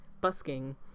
Busking